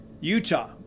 Utah